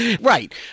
Right